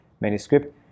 manuscript